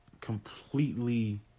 completely